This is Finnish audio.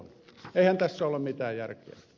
eihän tässä ole mitään järkeä